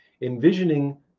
envisioning